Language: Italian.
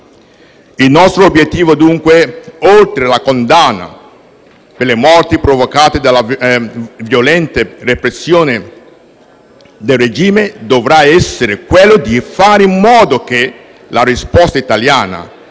Il nostro obiettivo, oltre alla condanna per le morti provocate dalla violenta repressione del regime, dovrà essere fare in modo che la risposta italiana